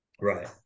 Right